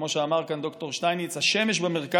כמו שאמר כאן ד"ר שטייניץ: השמש במרכז,